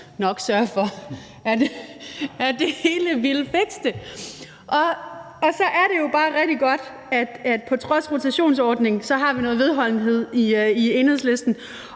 sørge for, at det hele blev fikset. Så er det jo bare rigtig godt, at vi på trods af rotationsordningen har noget vedholdenhed i Enhedslisten,